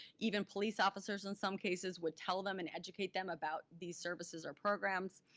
even police officers in some cases would tell them and educate them about these services or programs.